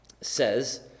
says